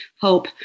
hope